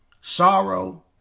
sorrow